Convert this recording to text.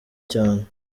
cyane